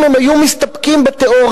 אם הם היו מסתפקים בתיאוריה,